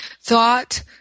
thought